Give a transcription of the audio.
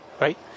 right